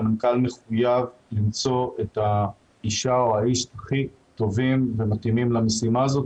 המנכ"ל מחויב למצוא את האישה או האיש הכי טובים ומתאימים למשימה הזאת,